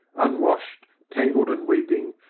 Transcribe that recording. unwashed, tangled and weeping,